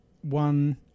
one